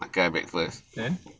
ah then